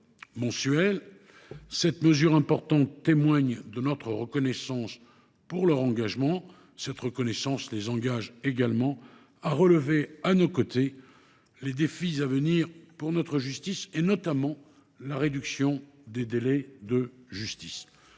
mois. Cette mesure importante témoigne de notre reconnaissance de leur engagement. Cette reconnaissance les engage également à relever à nos côtés les défis à venir pour notre justice, notamment la réduction des délais. En ce